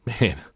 Man